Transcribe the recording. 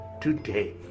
today